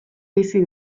bizi